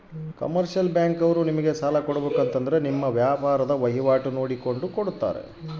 commercial bank ಅವ್ರು ನಮ್ಗೆ ಸಾಲ ಕೊಡ್ತಾರ